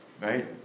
Right